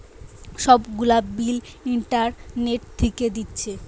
সব গুলা bill internet থিকে দিচ্ছে